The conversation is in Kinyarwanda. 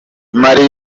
mali